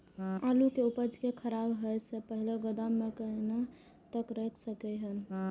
आलु के उपज के खराब होय से पहिले गोदाम में कहिया तक रख सकलिये हन?